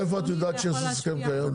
מאיפה את יודעת שיש הסכם קיים?